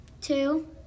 two